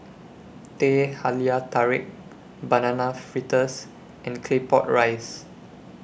Teh Halia Tarik Banana Fritters and Claypot Rice